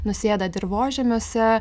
nusėda dirvožemiuose